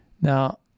Now